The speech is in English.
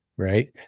Right